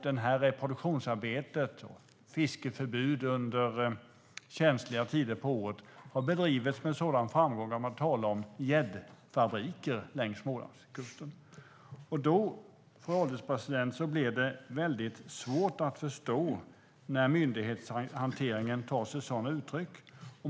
Detta reproduktionsarbete med fiskeförbud under känsliga tider på året har bedrivits med en sådan framgång att man talar om gäddfabriker längs Smålandskusten. Fru ålderspresident! Då blir det mycket svårt att förstå myndighetshanteringen när den tar sig sådana uttryck.